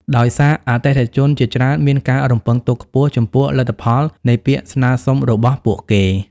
ដោយសារ អតិថិជនជាច្រើនមានការរំពឹងទុកខ្ពស់ចំពោះលទ្ធផលនៃពាក្យស្នើសុំរបស់ពួកគេ។